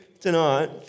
tonight